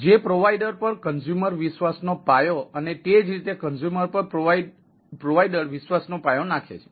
જે પ્રોવાઇડર પર કન્ઝ્યુમર વિશ્વાસ નો પાયો અને તે જ રીતે કન્ઝ્યુમર પર પ્રોવાઇડર વિશ્વાસ નો પાયો નાખે છે